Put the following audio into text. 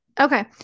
Okay